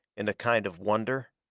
in a kind of wonder.